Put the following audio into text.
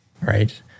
right